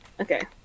Okay